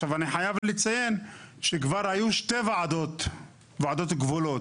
אני חייב לציין שכבר היו שתי ועדות גבולות.